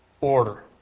order